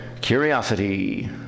Curiosity